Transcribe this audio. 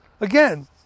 Again